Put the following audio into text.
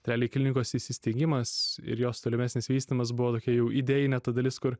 realiai klinikos įsisteigimas ir jos tolimesnis vystymas buvo tokia jau įdėjinė ta dalis kur